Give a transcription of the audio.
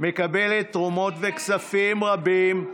לא משלמים משכורות למחבלים?